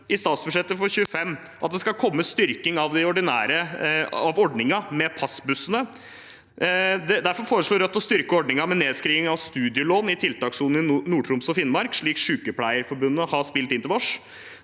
i statsbudsjettet for 2025 at det skal komme en styrking av ordningen med passbussene. Derfor foreslår Rødt å styrke ordningen med nedskriving av studielån i tiltakssonen i Nord-Troms og Finnmark, slik Sykepleierforbundet har spilt inn til oss.